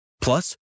Plus